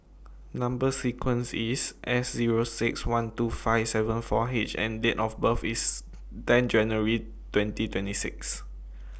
Number sequence IS S Zero six one two five seven four H and Date of birth IS ten January twenty twenty six